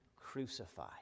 crucify